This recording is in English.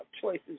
choices